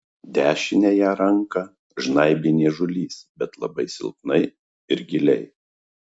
dešiniąją ranką žnaibė niežulys bet labai silpnai ir giliai